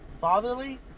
fatherly